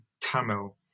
Tamil